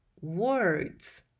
words